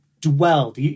dwelled